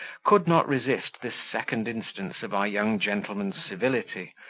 could not resist this second instance of our young gentleman's civility,